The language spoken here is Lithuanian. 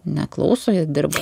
neklauso jie dirba